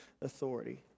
authority